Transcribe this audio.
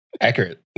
Accurate